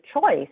choice